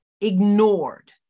ignored